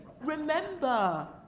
remember